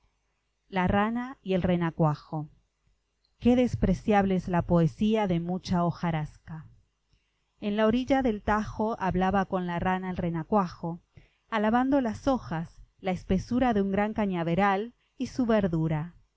la rana y el renacuajo qué despreciable es la poesía de mucha hojarasca en la orilla del tajo hablaba con la rana el renacuajo alabando las hojas la espesura de un gran cañaveral y su verdura